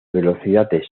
velocidades